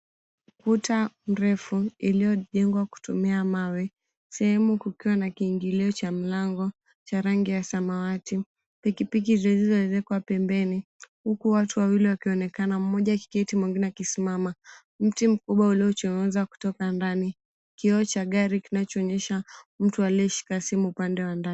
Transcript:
Ukuta mrefu uliyojengwa kutumia mawe, sehemu kukiwa na kiingilio cha mlango cha rangi ya samawati. Pikipiki zilizoezekwa pembeni huku watu wawili wakionekana mmoja akikaa mwingine akisimama. Mti mkubwa uliochomoza kutoka ndani. Kioo cha gari kinachoonyesha mtu aliyeshika simu upande wa ndani.